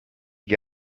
che